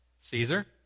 Caesar